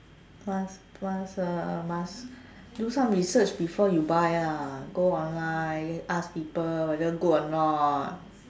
must must uh must do some research before you buy lah go online ask people whether good or not